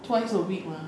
twice a week mah